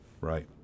Right